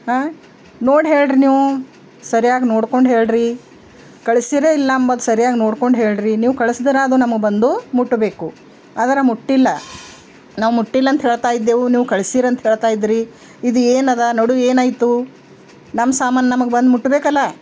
ಹಾಂ ನೋಡಿ ಹೇಳಿರಿ ನೀವು ಸರಿಯಾಗಿ ನೋಡ್ಕೊಂಡು ಹೇಳಿರಿ ಕಳಿಸಿರ ಇಲ್ಲ ಅಂಬದು ಸರಿಯಾಗಿ ನೋಡ್ಕೊಂಡು ಹೇಳಿರಿ ನೀವು ಕಳ್ಸಿದ್ರಾ ಅದು ನಮಗೆ ಬಂದು ಮುಟ್ಟಬೇಕು ಆದ್ರೆ ಮುಟ್ಟಿಲ್ಲ ನಾವು ಮುಟ್ಟಿಲ್ಲಂತ ಹೇಳ್ತಾಯಿದ್ದೆವು ನೀವು ಕಳ್ಸಿರಂತ ಹೇಳ್ತಾಯಿದ್ರಿ ಇದು ಏನದ ನಡು ಏನೈತು ನಮ್ಮ ಸಾಮಾನು ನಮ್ಗೆ ಬಂದು ಮುಟ್ಬೇಕಲ್ಲಾ